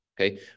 Okay